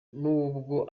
n’ubwo